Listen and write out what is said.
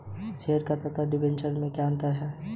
Share तथा debenture में क्या अंतर है?